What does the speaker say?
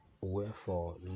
Wherefore